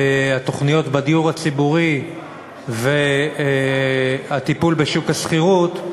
התוכניות בדיור הציבורי והטיפול בשוק השכירות,